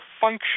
function